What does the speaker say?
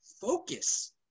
Focus